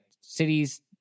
cities